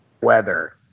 weather